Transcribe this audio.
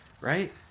right